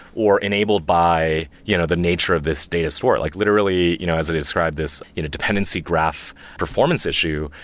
or enabled by you know the nature of this data store. like literally you know as i describe this you know dependency graph performance issue,